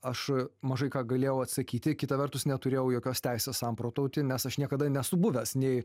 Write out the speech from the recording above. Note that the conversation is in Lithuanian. aš mažai ką galėjau atsakyti kita vertus neturėjau jokios teisės samprotauti nes aš niekada nesu buvęs nei